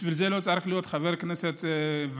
בשביל זה לא צריך להיות חבר כנסת ותיק,